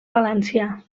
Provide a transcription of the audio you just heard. valència